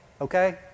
Okay